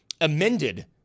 amended